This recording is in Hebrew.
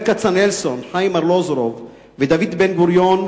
ברל כצנלסון, חיים ארלוזורוב ודוד בן-גוריון,